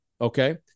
Okay